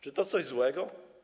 Czy to coś złego?